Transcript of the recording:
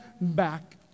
back